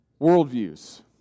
worldviews